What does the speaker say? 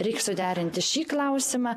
reik suderinti šį klausimą